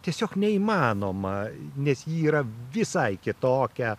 tiesiog neįmanoma nes ji yra visai kitokia